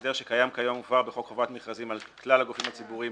להסדר שקיים כיום בחוק חובת מכרזים על כלל הגופים הציבוריים,